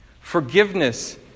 forgiveness